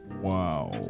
wow